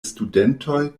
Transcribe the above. studentoj